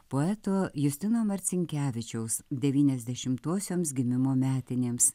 poeto justino marcinkevičiaus devyniasdešimtosioms gimimo metinėms